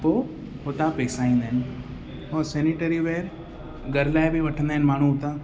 पो हुतां पेसा ईंदा आहिनि ऐं सेनेटरीवेयर घर लाइ बि वठंदा आहिनि माण्हू हुतां